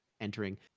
entering